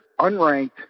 unranked